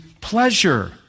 pleasure